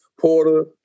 Porter